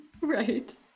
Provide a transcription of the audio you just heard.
Right